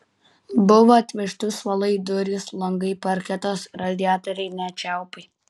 buvo atvežti suolai durys langai parketas radiatoriai net čiaupai